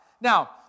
Now